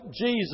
Jesus